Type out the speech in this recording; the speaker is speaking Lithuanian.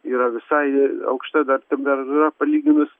yra visai aukšta dar temperatūra palyginus